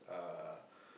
uh